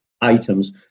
items